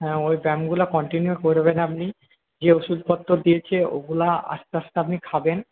হ্যাঁ ওই ব্যায়ামগুলো কন্টিনিউ করবেন আপনি যে ওষুধপত্র দিয়েছে ওগুলো আস্তে আস্তে আপনি খাবেন